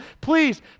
Please